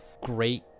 great